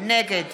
נגד